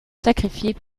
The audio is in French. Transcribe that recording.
sacrifier